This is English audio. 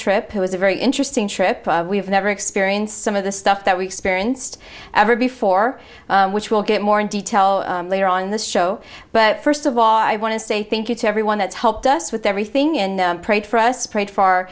trip it was a very interesting trip we've never experienced some of the stuff that we experienced ever before which we'll get more in detail later on in the show but first of all i want to say thank you to everyone that's helped us with everything and prayed for us prayed for